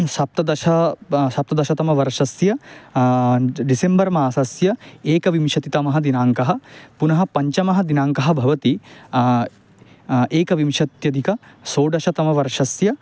सप्तदश सप्तदशतम वर्षस्य डिसेम्बर् मासस्य एकविंशतितमः दिनाङ्कः पुनः पञ्चमः दिनाङ्कः भवति एकविंशत्यधिक षोडशतमवर्षस्य